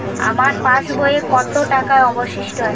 আমার পাশ বইয়ে কতো টাকা অবশিষ্ট আছে?